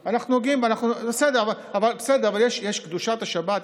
בסדר, אבל יש קדושת השבת.